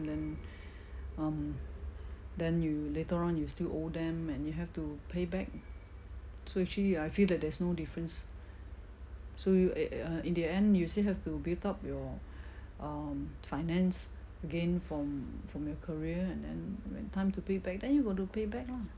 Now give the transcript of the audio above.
then um then you later on you still owe them and you have to pay back so actually I feel that there's no difference so you eh eh uh in the end you still have to build up your um finance again from from your career and then when time to pay back then you got to pay back lah